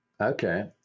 Okay